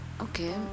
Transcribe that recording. Okay